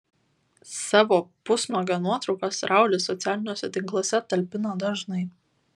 savo pusnuogio nuotraukas raulis socialiniuose tinkluose talpina dažnai